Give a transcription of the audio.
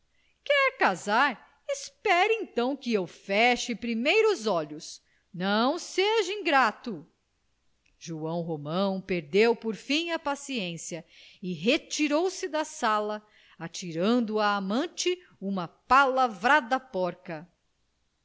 quer casar espere então que eu feche primeiro os olhos não seja ingrato joão romão perdeu por fim a paciência e retirou-se da sala atirando à amante uma palavrada porca